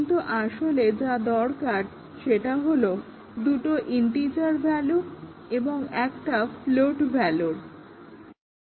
কিন্তু আসলে যা দরকার সেটা হলো দুটো ইনটিজার ভ্যালুর এবং একটা ফ্লোট ভ্যালুর